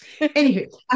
Anywho